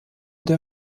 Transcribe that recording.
der